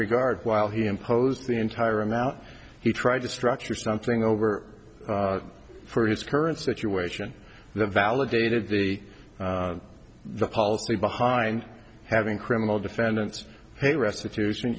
regard while he imposed the entire amount he tried to structure something over for his current situation the validated the the policy behind having criminal defendants pay restitution